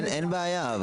אין בעיה,